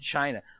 China